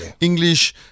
English